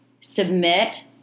submit